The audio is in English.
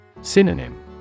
Synonym